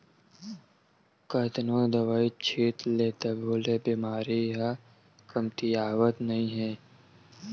कतनो दवई छित ले तभो ले बेमारी ह कमतियावत नइ हे